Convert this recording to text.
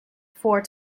four